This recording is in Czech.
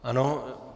Ano.